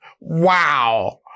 Wow